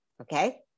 Okay